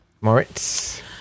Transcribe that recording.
Moritz